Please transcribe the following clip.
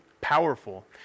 powerful